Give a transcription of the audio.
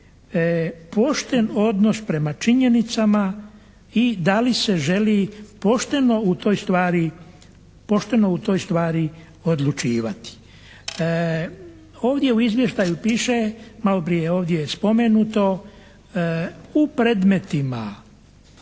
pošten odnos prema činjenicama i da li se želi pošteno u toj stvari odlučivati. Ovdje u izvještaju piše, malo prije je ovdje spomenuto, u predmetima